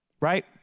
right